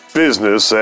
business